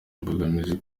imbogamizi